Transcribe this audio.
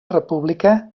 república